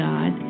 God